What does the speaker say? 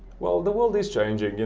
well, the world is changing. and